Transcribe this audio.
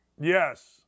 Yes